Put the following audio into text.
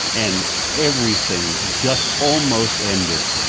and everything just almost ended.